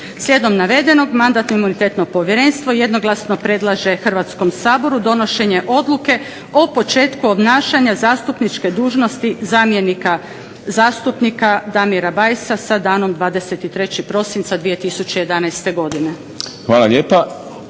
Slijedom navedenog Mandatno-imunitetno povjerenstvo jednoglasno predlaže Hrvatskom saboru donošenje Odluke o početku obnašanja zastupničke dužnosti zamjenika zastupnika Damira Bajsa sa danom 23. prosinca 2011. godine. **Šprem,